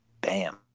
bam